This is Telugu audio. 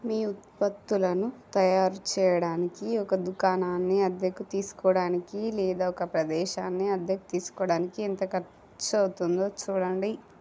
మీ ఉత్పత్తులను తయారు చేయడానికి ఒక దుకాణాన్ని అద్దెకు తీసుకోవడానికి లేదా ఒక ప్రదేశాన్ని అద్దెకు తీసుకోవడానికి ఎంత ఖర్చు అవుతుందో చూడండి